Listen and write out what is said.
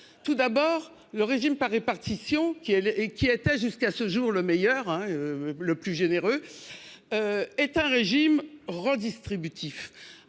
Tout d'abord, le régime par répartition, qui était jusqu'à ce jour le meilleur, le plus généreux, est un régime redistributif-